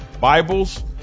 Bibles